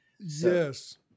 Yes